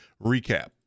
recap